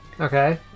Okay